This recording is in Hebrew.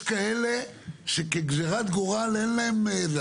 יש כאלה שכגזירת גורל אין להם ---.